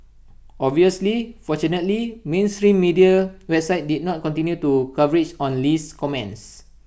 obviously fortunately mainstream media websites did not continue to coverage on Lee's comments